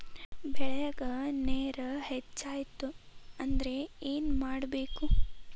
ಬೆಳೇಗ್ ನೇರ ಹೆಚ್ಚಾಯ್ತು ಅಂದ್ರೆ ಏನು ಮಾಡಬೇಕು?